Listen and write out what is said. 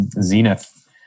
zenith